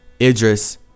Idris